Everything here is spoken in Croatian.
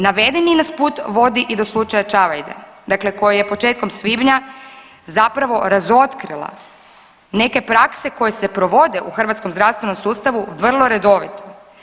Navedeni nas put vodi i do slučaja Čavajde koji je početkom svibnja zapravo razotkrila neke prakse koje se provode u hrvatskom zdravstvenom sustavu vrlo redovito.